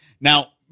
Now